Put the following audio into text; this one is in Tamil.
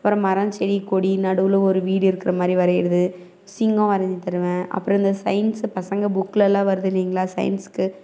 அப்புறம் மரம் செடி கொடி நடுவில் ஒரு வீடு இருக்கிற மாதிரி வரைகிறது சிங்கம் வரைஞ்சு தருவேன் அப்புறம் இந்த சயின்ஸ் பசங்கள் புக்கெலலாம் வருதுயில்லைங்களா சயின்ஸ்க்கு